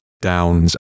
downs